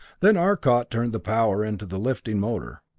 then arcot turned the power into the lifting motor.